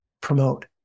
promote